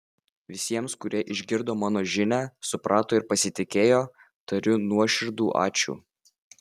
visiems kurie išgirdo mano žinią suprato ir pasitikėjo tariu nuoširdų ačiū